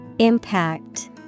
Impact